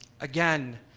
Again